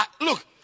look